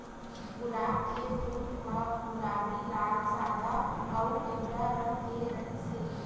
गुलाब के फूल ह गुलाबी, लाल, सादा अउ पिंवरा रंग के रिहिस हे